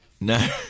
No